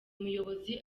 muyobozi